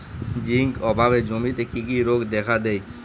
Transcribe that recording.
Zinc অভাবে জমিতে কি কি রোগ দেখাদেয়?